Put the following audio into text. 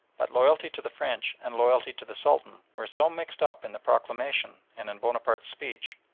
but loyalty to the french and loyalty to the sultan were so mixed up in the proclamation and in bonaparte's speech,